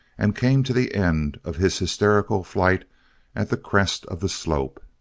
and came to the end of his hysterical flight at the crest of the slope.